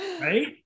right